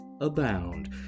abound